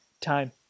Time